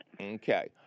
Okay